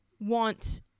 want